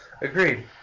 agreed